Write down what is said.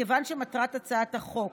מכיוון שמטרת הצעת החוק,